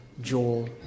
Joel